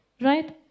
right